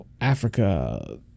Africa